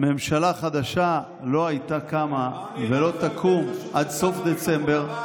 ממשלה חדשה לא הייתה קמה ולא תקום עד סוף דצמבר.